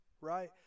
right